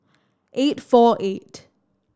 eight four eight